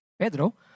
Pedro